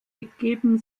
begeben